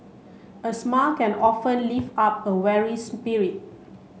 a smile can often up a weary spirit